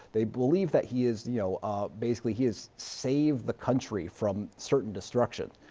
they believe that he is, you know basically, he has saved the country from certain destruction.